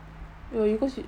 oh cause you